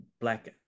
black